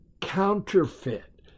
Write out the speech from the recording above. counterfeit